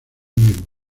mismo